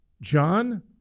John